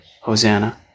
Hosanna